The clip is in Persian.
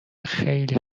خیلی